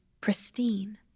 pristine